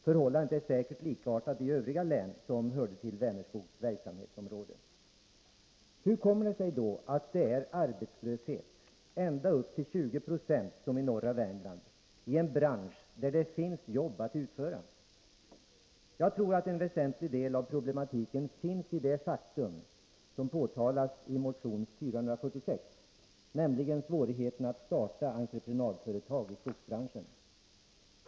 Förhållandet är säkert likartat i övriga län som hörde till Vänerskogs verksamhetsområde. Hur kommer det sig då att det är arbetslöshet —i norra Värmland ända upp till 20 96 —i en bransch där det finns jobb att utföra? Jag tror att en väsentlig del av problematiken ligger i det faktum som påtalas i motion 446, nämligen svårigheten att starta entreprenadföretag i skogsbranschen.